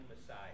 Messiah